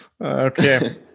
okay